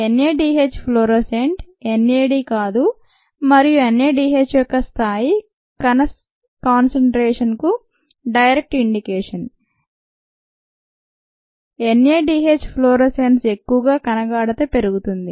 NADH fluorescent N A D కాదు మరియు NADH యొక్క స్థాయి కణ కాన్సెన్ట్రేషన్ కు డైరెక్ట్ ఇండికేషన్ NADH ఫ్లోరోసెన్స్ ఎక్కువగా కణ గాఢత పెరుగుతుంది